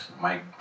Mike